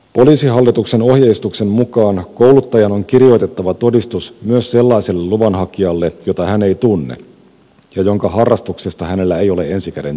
poliisihallituksen ohjeistuksen mukaan kouluttajan on kirjoitettava todistus myös sellaiselle luvanhakijalle jota hän ei tunne ja jonka harrastuksesta hänellä ei ole ensi käden tietoa